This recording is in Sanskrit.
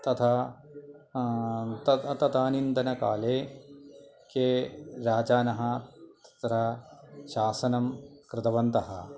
तथा तत् तदानीन्तनकाले के राजानः तत्र शासनं कृतवन्तः